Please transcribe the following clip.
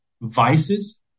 vices